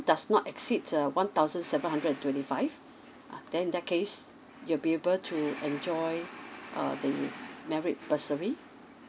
does not exceeds uh one thousand seven hundred twenty five ah then in that case you will be able to enjoy uh the married bursary